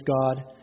God